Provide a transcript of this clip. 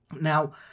Now